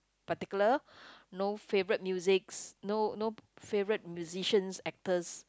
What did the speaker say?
particular no favorite musics no no favorite musicians actors